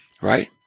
right